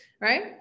Right